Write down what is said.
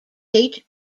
kate